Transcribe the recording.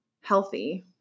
healthy